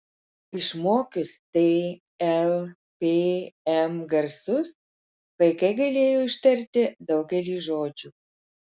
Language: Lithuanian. išmokius t l p m garsus vaikai galėjo ištarti daugelį žodžių